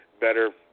better